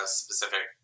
specific